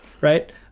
right